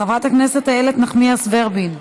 חברת הכנסת איילת נחמיאס ורבין,